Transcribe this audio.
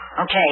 Okay